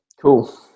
Cool